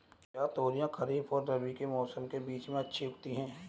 क्या तोरियां खरीफ और रबी के मौसम के बीच में अच्छी उगती हैं?